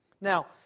Now